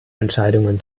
entscheidungen